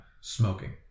smoking